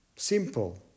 Simple